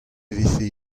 vefe